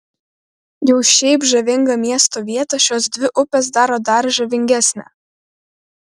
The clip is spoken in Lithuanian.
jau šiaip žavingą miesto vietą šios dvi upės daro dar žavingesnę